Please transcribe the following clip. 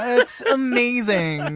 that's amazing. and